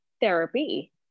therapy